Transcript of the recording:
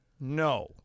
No